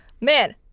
Man